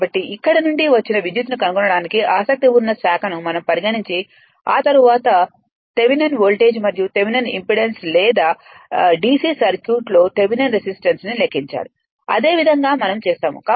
కాబట్టి ఇక్కడ నుండి వచ్చిన విద్యుత్తును కనుగొనటానికి ఆసక్తి ఉన్న శాఖను మనం పరిగణించి ఆ తరువాత తీవెన్న్ వోల్టేజ్ మరియు థెవెనిన్ ఇంపెడెన్స్ లేదా d c సర్క్యూట్ లో థెవెనిన్ రెసిస్టెన్స్ ని లెక్కించాలి అదే విధంగా మనం చేస్తాము